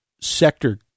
sector